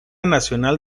nacional